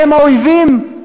הם האויבים?